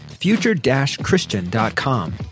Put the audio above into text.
future-christian.com